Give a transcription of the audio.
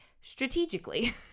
strategically